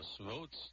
votes